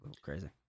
Crazy